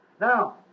Now